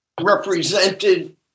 represented